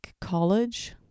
college